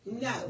no